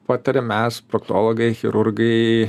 patariam mes patologai chirurgai